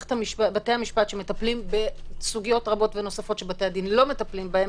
מערכת בתי המשפט מטפלים בסוגיות רבות ונוספות שבתי הדין לא מטפלים בהם,